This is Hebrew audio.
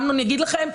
אמנון יגיד לכם.